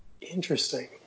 Interesting